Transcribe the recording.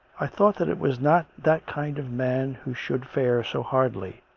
i thought that it was not that kind of man who should fare so hardly.